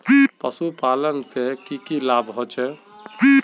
पशुपालन से की की लाभ होचे?